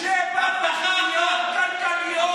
שבע תוכניות כלכליות.